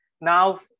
Now